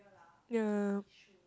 ya